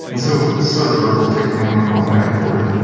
and so, this sort of verbal tickling, and we're going back and forth.